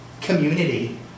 Community